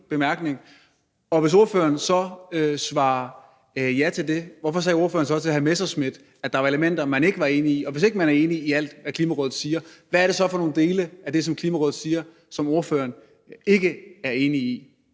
Hvis ordføreren så svarer ja til det, hvorfor sagde ordføreren så til hr. Morten Messerschmidt, at der var elementer, man ikke var enig i? Og hvis man ikke er enig i alt, hvad Klimarådet siger, hvad er det så for nogle dele af det, som Klimarådet siger, som ordføreren ikke er enig i?